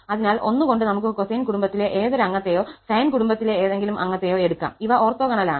അതിനാൽ 1 കൊണ്ട് നമുക്ക് കൊസൈൻ കുടുംബത്തിലെ ഏതൊരു അംഗത്തെയോ സൈൻ കുടുംബത്തിലെ ഏതെങ്കിലും അംഗത്തെയോ എടുക്കാം ഇവ ഓർത്തോഗണലാണ്